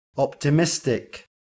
Optimistic